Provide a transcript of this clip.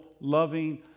loving